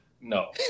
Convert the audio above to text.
No